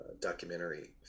documentary